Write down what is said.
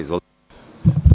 Izvolite.